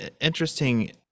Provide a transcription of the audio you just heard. interesting